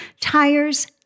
tires